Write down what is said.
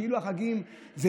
כאילו החגים, זה